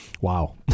Wow